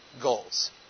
goals